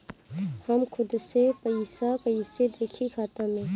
हम खुद से पइसा कईसे देखी खाता में?